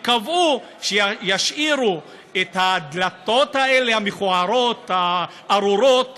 הם קבעו שישאירו את הדלתות המכוערות הארורות